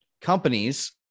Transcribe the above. companies